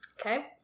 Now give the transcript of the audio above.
Okay